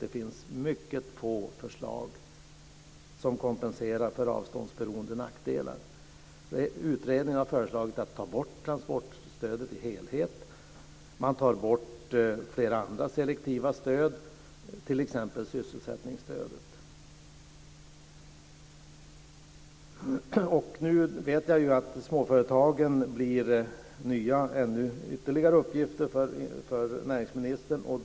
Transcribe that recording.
Det finns mycket få förslag som kompenserar för avståndsberoende nackdelar. Utredningen har föreslagit att man tar bort transportstödet i dess helhet. Man tar också bort flera andra selektiva stöd, t.ex. sysselsättningsstödet. Jag vet att det blir ytterligare nya uppgifter för näringsministern med småföretagen.